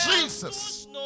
Jesus